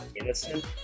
innocent